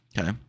Okay